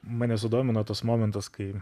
mane sudomino tas momentas kai